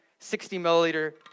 60-milliliter